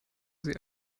sie